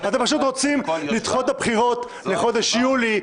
אתם פשוט רוצים לדחות את הבחירות לחודש יולי,